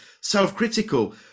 self-critical